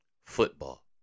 Football